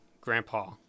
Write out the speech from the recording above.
grandpa